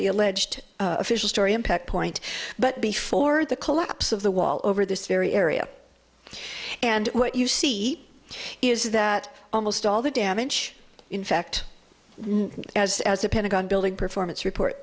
the alleged official story impact point but before the collapse of the wall over this very area and what you see is that almost all the damage in fact as the pentagon building performance report